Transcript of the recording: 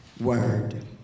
word